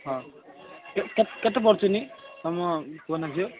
ହଁ କେତେ ପଡ଼ୁଛି ନି ତୁମ ପୁଅ ନା ଝିଅ